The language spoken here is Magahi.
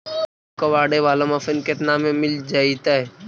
आलू कबाड़े बाला मशीन केतना में मिल जइतै?